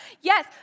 yes